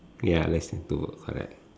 ya less than two correct